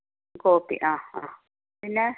copy ആ ആ പിന്നെ